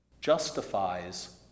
justifies